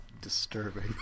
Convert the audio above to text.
disturbing